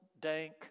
dank